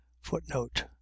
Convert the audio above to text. footnote